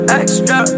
extra